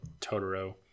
Totoro